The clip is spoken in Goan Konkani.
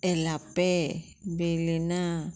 एलापे बेलिना